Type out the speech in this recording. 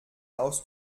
aus